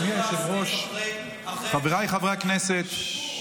אדוני היושב-ראש, חבריי חברי הכנסת.